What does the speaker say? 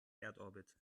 erdorbit